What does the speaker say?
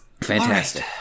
Fantastic